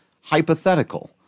hypothetical